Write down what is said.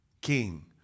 king